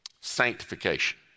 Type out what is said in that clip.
Sanctification